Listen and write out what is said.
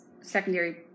secondary